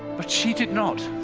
but she did not.